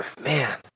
Man